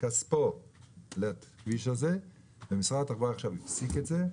החלק שלו לכביש הזה אך משרד התחבורה עכשיו הפסיק את זה.